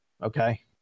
Okay